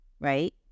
Right